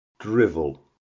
drivel